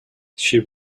she